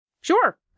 Sure